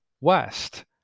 west